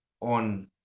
on